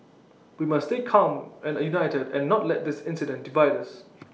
we must stay calm and united and not let this incident divide us